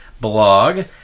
blog